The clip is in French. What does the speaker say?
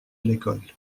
l’école